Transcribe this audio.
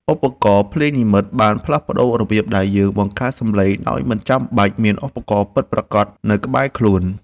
ឧបករណ៍ភ្លេងនិម្មិតបានផ្លាស់ប្តូររបៀបដែលយើងបង្កើតសំឡេងដោយមិនចាំបាច់មានឧបករណ៍ពិតប្រាកដនៅក្បែរខ្លួន។